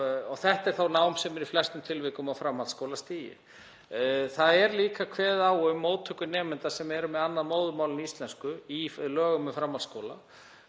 Þetta er þá nám sem er í flestum tilvikum á framhaldsskólastigi. Það er líka kveðið á um móttöku nemenda sem eru með annað móðurmál en íslensku í lögum um framhaldsskóla